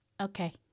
Okay